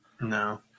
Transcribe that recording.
no